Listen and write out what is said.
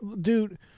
dude